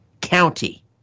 county